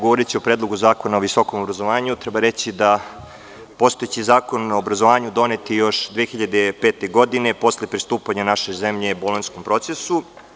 Govoreći o Predlogu zakona o visokom obrazovanju treba reći da postojeći Zakon o obrazovanju donet je još 2005. godine posle pristupanja naše zemlje bolonjskom procesu.